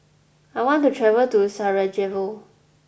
I want to travel to Sarajevo